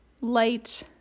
light